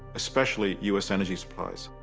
especially us energy supplies.